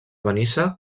benissa